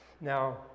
Now